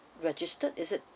registered is it